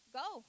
go